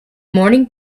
morning